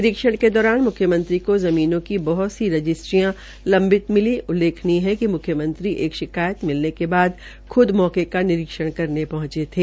निरीक्षण के दौरान मुख्यमंत्री को जमीनों की बहुत सी रजिस्ट्रीया लम्बित मिली उल्लेखनीय है कि म्ख्यमंत्री एक शिकायत मिलने के बाद ख्द मौके का निरीक्षण करने पहंचे थे